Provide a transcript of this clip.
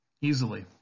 easily